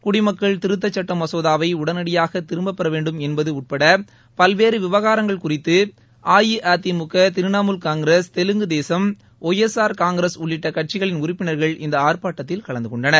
குடிமக்கள் திருத்த சுட்ட மசோதாவை உடனடியாக திரும்பப்பெற வேண்டும் என்பது உட்பட பல்வேறு விவகாரங்கள் குறித்து அஇஅதிமுக Trinamool Congress Telugu Desam Y S R Congress உள்ளிட்ட கட்சிகளின் உறுப்பினர்கள் இந்த ஆர்ப்பாட்டத்தில் கலந்த கொண்டனர்